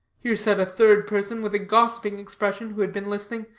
here said a third person with a gossiping expression who had been listening,